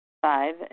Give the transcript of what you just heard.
Five